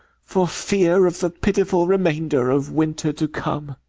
for fear of the pitiful remainder of winter to come.